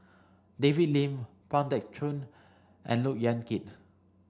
David Lim Pang Teck Joon and Look Yan Kit